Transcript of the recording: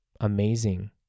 amazing